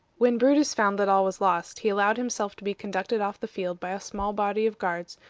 when brutus found that all was lost, he allowed himself to be conducted off the field by a small body of guards,